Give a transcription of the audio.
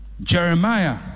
Jeremiah